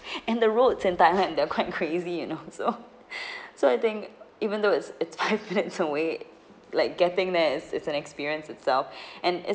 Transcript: and the roads in thailand there are quite crazy you know so so I think even though it's it's five minutes away like getting there is is an experience itself and it